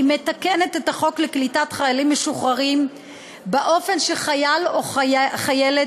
מתקנת את החוק לקליטת חיילים משוחררים באופן שחייל או חיילת